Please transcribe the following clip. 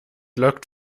lockt